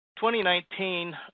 2019